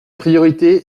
priorité